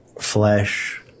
flesh